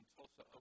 Tulsa